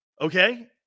Okay